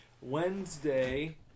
wednesday